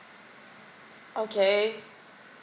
okay